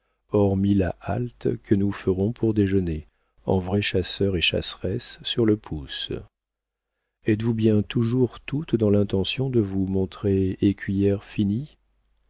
la halte que nous ferons pour déjeuner en vrais chasseurs et chasseresses sur le pouce êtes-vous bien toujours toutes dans l'intention de vous montrer écuyères finies